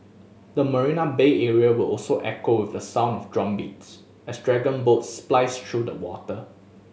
the Marina Bay area will also echo with the sound of drumbeats as dragon boats splice through the water